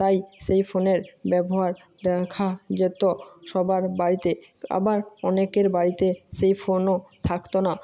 তাই সেই ফোনের ব্যবহার দেখা যেত সবার বাড়িতে আবার অনেকের বাড়িতে সেই ফোনও থাকতো না